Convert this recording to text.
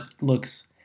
looks